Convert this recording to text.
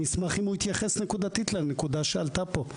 אני אשמח אם הוא יתייחס נקודתית לנקודה שעלתה פה.